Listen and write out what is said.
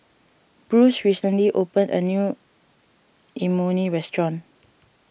Bruce recently opened a new Imoni Restaurant